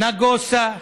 נגוסה,